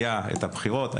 היו בחירות,